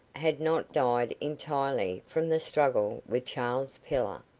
had not died entirely from the struggle with charles pillar.